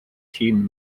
team